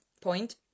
point